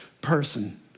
person